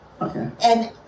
Okay